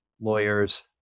lawyers